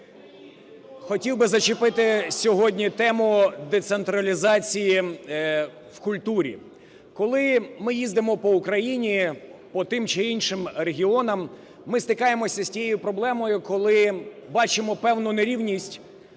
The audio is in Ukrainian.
Хотів би зачепити сьогодні тему децентралізації в культурі. Коли ми їздимо по Україні, по тим чи іншим регіонам, ми стикаємося з тією проблемою, коли бачимо певну нерівність